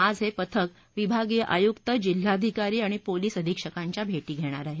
आज हे पथक विभागीय आयुक जिल्हाधिकारी आणि पोलीस अधिक्षकांच्या भेरी घेणार आहे